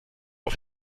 auf